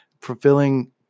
fulfilling